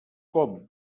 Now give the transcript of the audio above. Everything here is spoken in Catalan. com